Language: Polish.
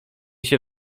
się